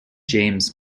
james